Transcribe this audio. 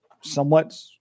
somewhat